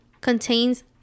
contains